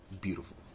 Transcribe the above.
Beautiful